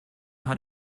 hat